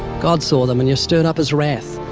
god saw them and you stirred up his wrath.